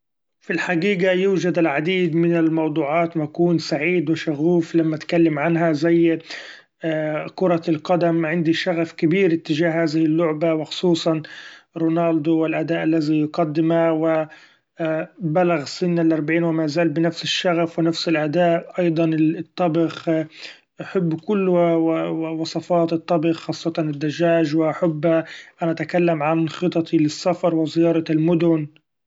في الحقيقة يوجد العديد من الموضوعات و اكون سعيد و شغوف لما اتكلم عنها زي كرة القدم ، عندي شغف كبير تجاه هذه اللعبه و خصوصا رونالدو و الأداء الذي يقدمه و بلغ سن الأربعين و مازال بنفس الشغف و نفس الأداء ، أيضا الطبخ ، أحب كل وصفات الطبخ خاصة الدجاج و حب ، نتكلم عن خططي للسفر و زيارة المدن.